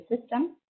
system